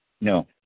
No